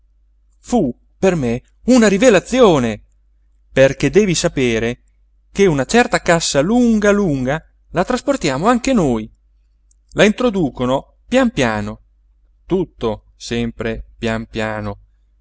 fu per me una rivelazione perché devi sapere che una certa cassa lunga lunga la trasportiamo anche noi la introducono pian piano